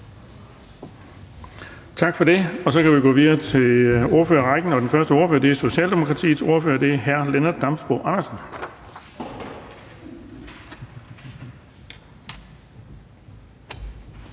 ministeren. Så kan vi gå videre til ordførerrækken, og den første ordfører er Socialdemokratiets ordfører. Det er hr. Lennart Damsbo-Andersen.